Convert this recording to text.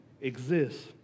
exists